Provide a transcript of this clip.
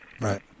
Right